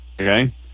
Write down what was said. Okay